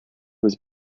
was